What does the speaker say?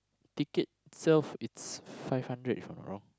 ticket self it's five hundred if I'm not wrong